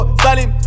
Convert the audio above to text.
salim